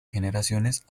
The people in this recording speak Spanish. generaciones